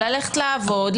ללכת לעבוד,